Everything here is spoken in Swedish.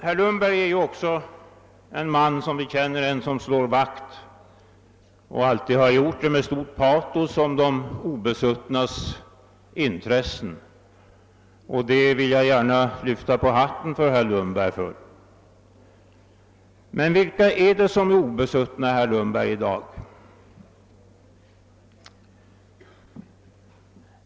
Vi känner också herr Lundberg som en man som med stort patos slår vakt om och alltid har slagit vakt om de obesuttnas intressen, och det vill jag gärna lyfta på hatten för herr Lundberg för. Men vilka är det som är obesuttna i dag, herr Lundberg?